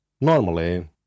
Normally